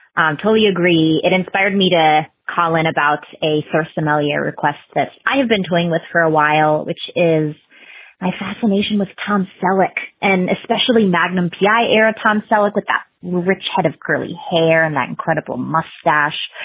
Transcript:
um totally agree. it inspired me to call in about a source familiar request that i've been toying with for a while, which is my fascination with tom selleck and especially magnum p i. era tom selleck with that rich head of curly hair and that incredible mustache.